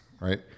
right